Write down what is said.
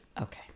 Okay